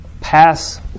pass